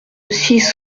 six